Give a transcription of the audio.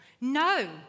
No